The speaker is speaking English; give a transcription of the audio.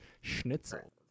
schnitzel